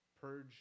purge